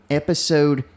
episode